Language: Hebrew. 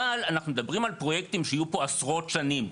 אבל אנחנו מדברים על פרויקטים שיהיו פה עשרות שנים.